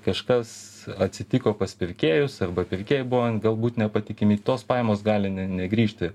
kažkas atsitiko pas pirkėjus arba pirkėjai buvo galbūt nepatikimi tos pajamos gali ne negrįžti